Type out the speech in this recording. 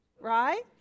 right